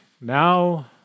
Now